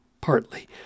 partly